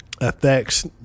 affects